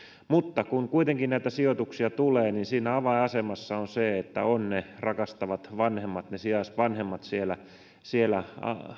mutta kun kuitenkin näitä sijoituksia tulee niin siinä avainasemassa on se että on ne rakastavat vanhemmat ne sijaisvanhemmat siellä siellä